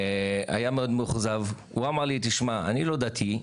היה מאוד מאוכזב, הוא אמר לי תשמע, אני לא דתי,